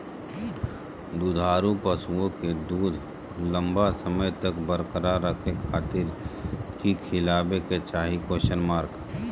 दुधारू पशुओं के दूध लंबा समय तक बरकरार रखे खातिर की खिलावे के चाही?